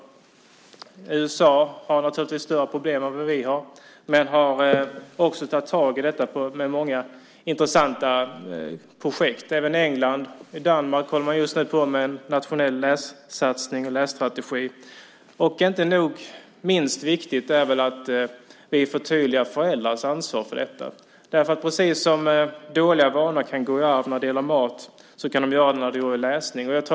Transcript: USA har naturligtvis större problem än vi, men där har man tagit tag i det med många intressanta projekt. Det gäller även England. I Danmark håller man just nu på med en nationell lässatsning och en lässtrategi. Inte minst viktigt är väl att vi förtydligar föräldrars ansvar för detta. Precis som dåliga matvanor kan gå i arv kan även dåliga läsvanor gå i arv.